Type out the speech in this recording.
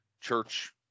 church